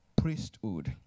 priesthood